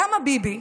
למה ביבי,